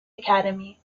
academy